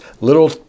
Little